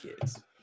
kids